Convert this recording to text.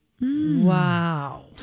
Wow